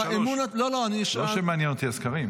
אמון --- לליכוד יש 33. לא שמעניין אותי הסקרים.